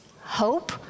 hope